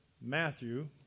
Matthew